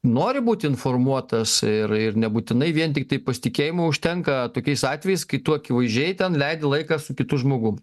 nori būt informuotas ir ir nebūtinai vien tiktai pasitikėjimo užtenka tokiais atvejais kai tu akivaizdžiai ten leidi laiką su kitu žmogum